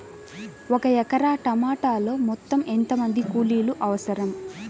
ఒక ఎకరా టమాటలో మొత్తం ఎంత మంది కూలీలు అవసరం?